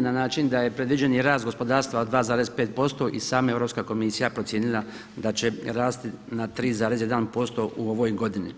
na način da je predviđeni rast gospodarstva od 2,5% i sama Europska komisija procijenila da će rasti na 3,1% u ovoj godini.